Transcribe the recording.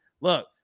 Look